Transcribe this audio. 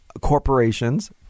corporations